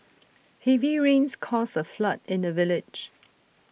heavy rains caused A flood in the village